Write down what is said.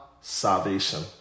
salvation